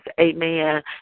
Amen